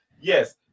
yes